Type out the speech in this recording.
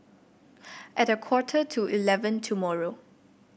at a quarter to eleven tomorrow